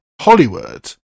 Hollywood